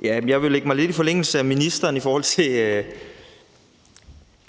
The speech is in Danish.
Jeg vil lidt i forlængelse af det, ministeren sagde, nævne